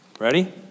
Ready